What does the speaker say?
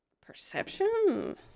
perception